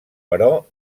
però